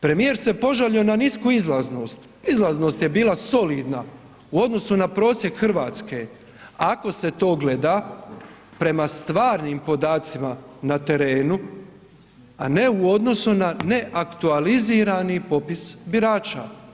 Premijer se požalio na nisku izlaznost, izlaznost je bila solidna u odnosu na prosjek RH ako se to gleda prema stvarnim podacima na terenu, a ne u odnosu na neaktualizirani popis birača.